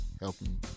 helping